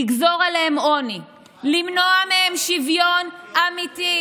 לגזור עליהם עוני, למנוע מהם שוויון אמיתי.